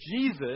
Jesus